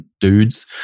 dudes